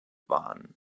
waren